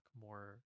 more